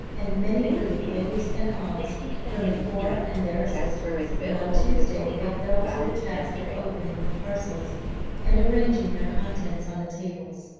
and many were the ohs and ahs from the four and their assistants, when on tuesday they fell to the task of opening the parcels and arranging their contents on the tables.